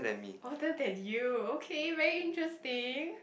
older than you okay very interesting